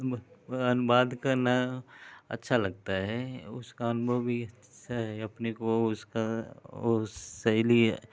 अनुवाद करना अच्छा लगता है उसका अनुभव भी अपने को उसका और सहेली है